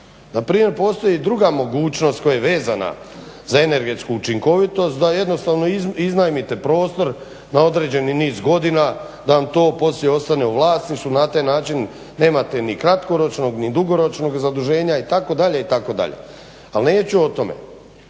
Na primjer postoji i druga mogućnost koja je vezana za energetsku učinkovitost da jednostavno iznajmite prostor na određeni niz godina, da vam to poslije ostane u vlasništvu i na taj način nemate ni kratkoročnog ni dugoročnog zaduženja itd., itd. Ali neću o tome.